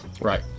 right